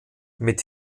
mit